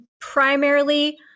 primarily